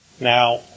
Now